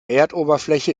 erdoberfläche